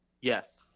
Yes